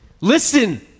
listen